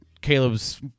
Caleb's